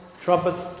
trumpets